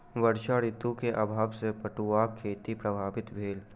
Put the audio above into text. वर्षा ऋतू के अभाव सॅ पटुआक खेती प्रभावित भेल